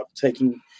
taking